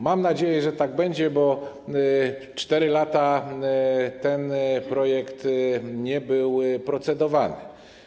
Mam nadzieję, że tak będzie, bo 4 lata ten projekt nie był procedowany.